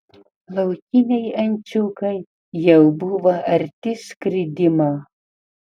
laukiniai ančiukai jau buvo arti skridimo